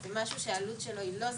זה משהו שהעלות של זה היא לא זניחה.